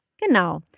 Genau